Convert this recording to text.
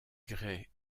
grès